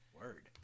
word